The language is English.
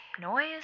noise